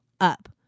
up